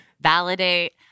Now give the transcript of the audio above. validate